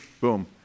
boom